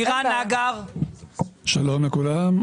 שלום לכולם,